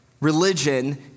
Religion